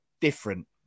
different